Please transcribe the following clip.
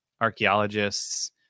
archaeologists